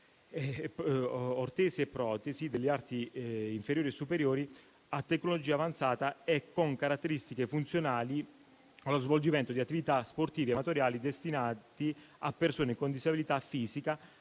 ortesi e protesi degli arti inferiori e superiori, a tecnologia avanzata e con caratteristiche funzionali allo svolgimento di attività sportive amatoriali, destinati a persone con disabilità fisica",